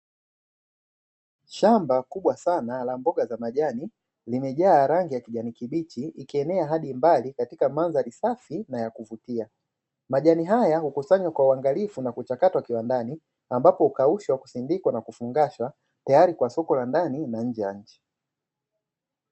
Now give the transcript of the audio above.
Shamba kubwa sana la mboga za majani limejaa rangi ya kijani kibichi imejaa mpaka mbali kwenye mandhari safi na yakuvutia majani haya hukusanywa kwa uangalifu na kuchakatwa kiwandani ambapo hukaushwa, usindikwa na kufungashwa tayari kwa soko la ndani na nje ya nchi.